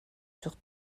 sur